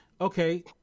Okay